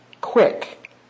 quick